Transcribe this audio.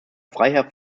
freiherr